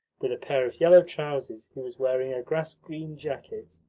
with a pair of yellow trousers he was wearing a grass-green jacket,